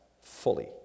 fully